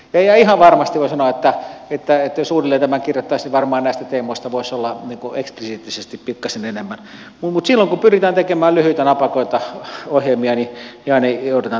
ja ihan varmasti voi sanoa että jos uudelleen tämän kirjoittaisi niin varmaan näistä teemoista voisi olla eksplisiittisesti pikkasen enemmän mutta silloin kun pyritään tekemään lyhyitä napakoita ohjelmia aina joudutaan tekemään valintoja